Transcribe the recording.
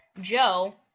Joe